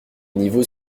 niveaux